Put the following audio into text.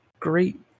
great